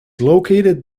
located